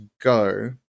go